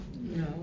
No